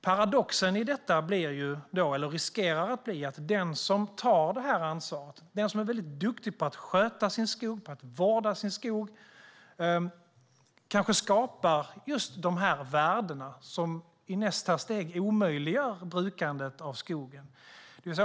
Paradoxen i detta riskerar att bli att den som tar ansvar och är väldigt duktig på att sköta och vårda sin skog kanske skapar just de värden som i nästa steg omöjliggör brukandet av skogen.